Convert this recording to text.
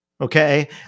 Okay